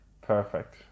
Perfect